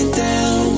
down